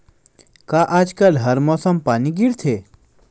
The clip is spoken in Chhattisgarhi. का आज कल हर मौसम पानी गिरथे?